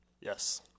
Yes